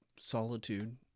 solitude